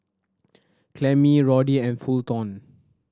Clemmie Roddy and Fulton